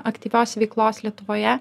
aktyvios veiklos lietuvoje